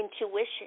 intuition